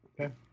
Okay